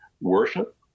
worship